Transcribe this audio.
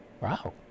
wow